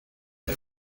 est